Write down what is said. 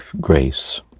grace